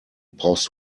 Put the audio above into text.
brauchst